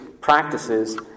practices